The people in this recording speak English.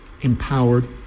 empowered